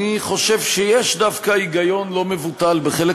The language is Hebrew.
אני חושב שיש דווקא היגיון לא מבוטל בחלק